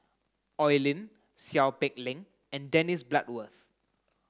Oi Lin Seow Peck Leng and Dennis Bloodworth